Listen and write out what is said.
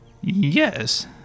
Yes